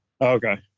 Okay